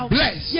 Bless